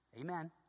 Amen